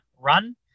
run